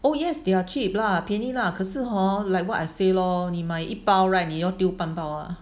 oh yes they are cheap lah 便宜啦可是 hor like what I say lor 你买一包 right 你要丢半包 lah